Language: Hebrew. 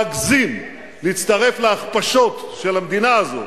להגזים, להצטרף להכפשות של המדינה הזאת,